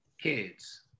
kids